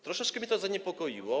Troszeczkę mnie to zaniepokoiło.